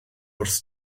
wrth